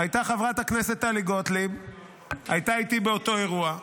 חברת הכנסת טלי גוטליב הייתה איתי באותו אירוע.